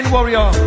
Warrior